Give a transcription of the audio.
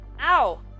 ow